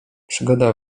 przygoda